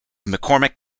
mccormick